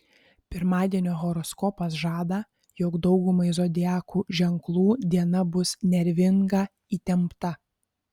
pirmadienio horoskopas žada jog daugumai zodiakų ženklų diena bus nervinga įtempta